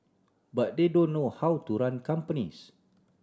but they don't know how to run companies